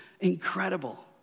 incredible